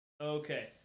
Okay